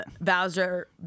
bowser